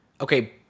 Okay